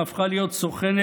שהפכה להיות סוכנת